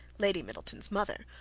lady middleton's mother,